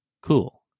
cool